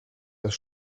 das